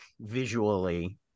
visually